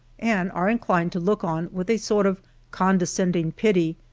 and are inclined to look on with a sort of condescending pity,